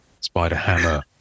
Spider-Hammer